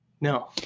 No